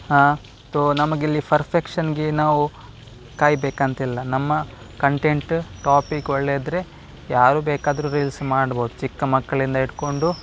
ಹಾ ತೋ ನಮಗಿಲ್ಲಿ ಫರ್ಫೆಕ್ಷನ್ಗೆ ನಾವು ಕಾಯಬೇಕಂತಿಲ್ಲ ನಮ್ಮ ಕಂಟೆಂಟ್ ಟಾಪಿಕ್ ಒಳ್ಳೆ ಇದ್ದರೆ ಯಾರು ಬೇಕಾದ್ರೂ ರೀಲ್ಸ್ ಮಾಡ್ಬೋದು ಚಿಕ್ಕ ಮಕ್ಕಳಿಂದ ಇಟ್ಕೊಂಡು